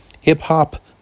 Hip-hop